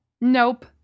Nope